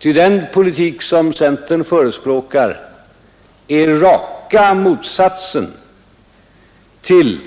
Ty den politik som centern förespråkar är raka motsatsen till